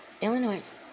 Illinois